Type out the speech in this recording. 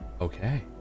Okay